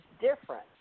different